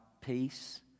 peace